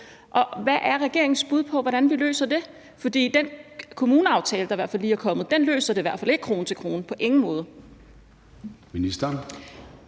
Hvad er regeringens bud på, hvordan vi løser det? For den kommuneaftale, der lige er kommet, løser det i hvert fald ikke krone til krone – på ingen måde.